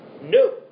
no